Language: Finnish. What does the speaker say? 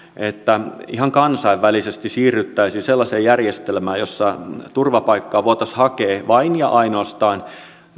että ihan kansainvälisesti siirryttäisiin sellaiseen järjestelmään jossa turvapaikkaa voitaisiin hakea vain ja ainoastaan